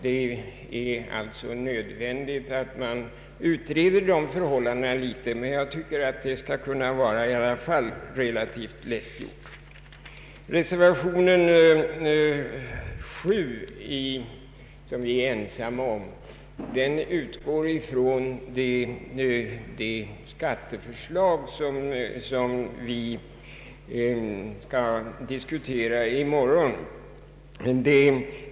Det är alltså nödvändigt att man utreder dessa frågor, men jag tror att det skall kunna vara relativt lätt gjort. Reservationen 7, som vi är ensamma om, utgår från det skatteförslag som skall diskuteras i morgon.